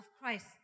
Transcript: Christ